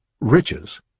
Riches